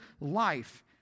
life